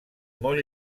molt